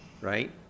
right